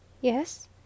yes